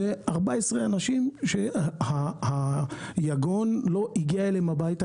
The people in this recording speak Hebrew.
אלה 14 אנשים שהיגון לא הגיע אליהם הביתה,